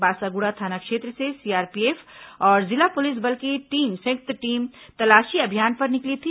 बासागुड़ा थाना क्षेत्र से सीआरपीएफ और जिला पुलिस बल की टीम संयुक्त टीम तलाशी अभियान पर निकली थी